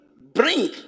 Bring